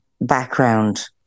background